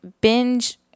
binge